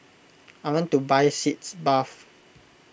I want to buy Sitz Bath